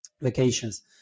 vacations